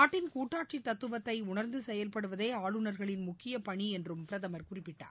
நாட்டின் கூட்டாட்சி தத்துவத்தை உணர்ந்து செயல்படுவதே ஆளுநர்களின் முக்கியப் பணி என்று பிரதமர் குறிப்பிட்டார்